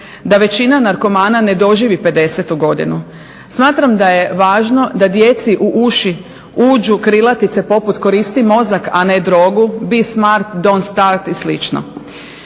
da većina narkomana ne doživi 50. godinu. Smatram da je važno da djeci u uši uđu krilatice poput – koristi mozak, a ne drogu; be smart don't start i